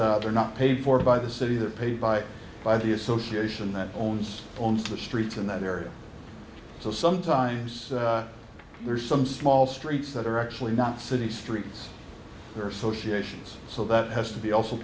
not they're not paid for by the city they're paid by by the association that owns owns the streets in that area so sometimes there's some small streets that are actually not city streets or so she ations so that has to be also